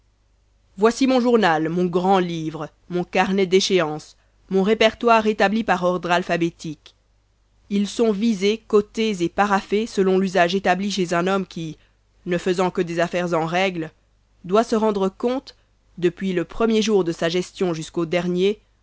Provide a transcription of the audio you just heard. voici mon journal mon grand-livre mon carnet d'échéances mon répertoire établi par ordre alphabétique ils sont visés cotés et paraphés selon l'usage établi chez un homme qui ne faisant que des affaires en règle doit se rendre compte depuis le premier jour de sa gestion jusqu'au dernier